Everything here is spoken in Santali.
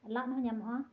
ᱞᱟᱫᱦᱚᱸ ᱧᱟᱢᱚᱜᱼᱟ